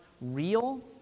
real